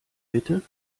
bitte